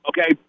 Okay